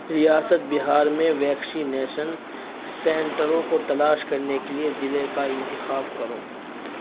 ریاست بہار میں ویکسینیشن سینٹروں کو تلاش کرنے کے لیے ضلع کا انتخاب کرو